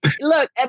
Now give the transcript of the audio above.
look